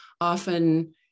often